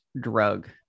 drug